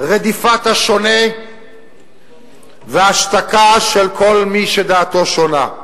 רדיפת השונה והשתקה של כל מי שדעתו שונה.